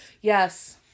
Yes